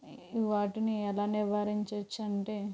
వాటిని ఎలా నివారించొచ్చు అంటే